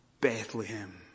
Bethlehem